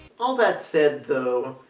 all that said, though,